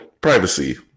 privacy